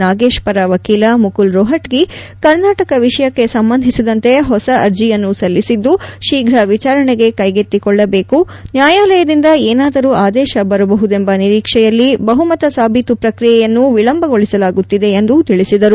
ನಾಗೇಶ್ ಪರ ವಕೀಲ ಮುಕುಲ್ ರೋಹಟಗಿ ಕರ್ನಾಟಕ ವಿಷಯಕ್ಕೆ ಸಂಬಂಧಿಸಿದಂತೆ ಹೊಸ ಅರ್ಜಿಯನ್ನು ಸಲ್ಲಿಸಿದ್ದು ಶೀಫ್ರ ವಿಚಾರಣೆಗೆ ಕೈಗೆತ್ತಿಕೊಳ್ಳಬೇಕು ನ್ಯಾಯಾಲಯದಿಂದ ಏನಾದರೂ ಆದೇಶ ಬರಬಹುದೆಂಬ ನಿರೀಕ್ಷೆಯಲ್ಲಿ ಬಹುಮತ ಸಾಭಿತು ಪ್ರಕ್ರಿಯೆಯನ್ನು ವಿಳಂಬಗೊಳಿಸಲಾಗುತ್ತಿದೆ ಎಂದು ತಿಳಿಸಿದರು